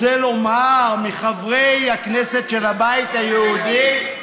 רוצה לומר, מחברי הכנסת של הבית היהודי?